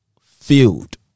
field